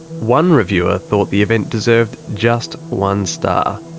one reviewer thought the event deserved just one star.